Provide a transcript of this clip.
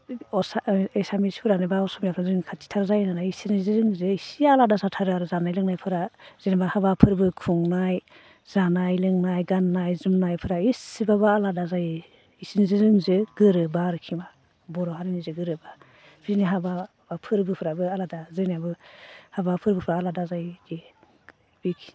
असमिया अ एसामिसफोरानो बा असमियाफोरा जोंनि खाथिथाराव जायो नालाय इसोरनिजो जोंनिजो इसे आलादा जाथारो आरो जानाय लोंनायफोरा जेनेबा हाबा फोरबो खुंनाय जानाय लोंनाय गाननाय जोमनायफोरा इसेब्लाबो आलादा जायो इसोरनिजो जोंनिजो गोरोबा आरोखि ना बर' हारिनिजो गोरोबा बिसोरनि हाबा बा फोरबोफोराबो आलादा जोंनियाबो हाबा फोरबोफोराबो आलादा जायो इदि बेखिनियानो